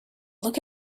look